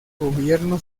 gobierno